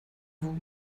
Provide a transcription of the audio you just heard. vous